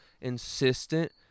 insistent